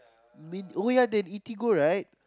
mean oh ya they have Eatigo right